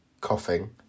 coughing